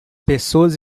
pessoas